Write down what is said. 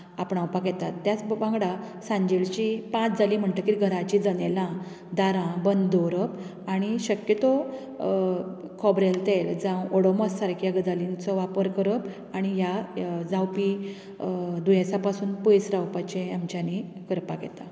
आपणावपाक येतात त्याच वांगडां सांजेची पांच जाली म्हणटकीर घराचीं जनेलां दारां बंद दवरप आनी शक्यतो खोबरेल तेल जावं ओडोमस सारक्या गजालींचो वापर करप आनी ह्या जावपी दुयेसां पासून पयस रावपाचें आमच्यांनी करपाक येता